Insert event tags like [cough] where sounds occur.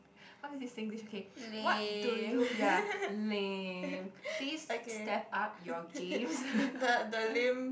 how is this Singlish okay what do you ya lame please step up your games [laughs]